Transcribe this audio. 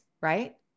right